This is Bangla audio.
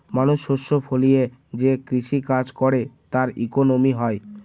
মানুষ শস্য ফলিয়ে যে কৃষি কাজ করে তার ইকোনমি হয়